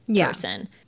person